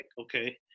Okay